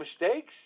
mistakes